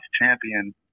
champion